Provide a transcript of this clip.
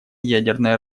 ядерное